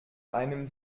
einem